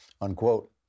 Unquote